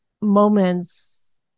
moments